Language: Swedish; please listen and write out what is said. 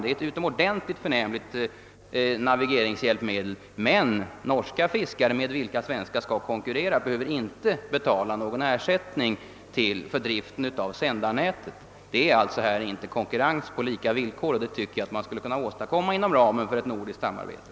De är ett utomordentligt förnämligt navigeringshjälpmedel. Men norska fiskare, som våra svenska fiskare skall konkurrera med, behöver inte betala ersättning för drift av sändarnätet. Där är det alltså inte en konkurrens på lika villkor, vilket jag tycker att man skulle kunna åstadkomma inom ramen för ett nordiskt samarbete.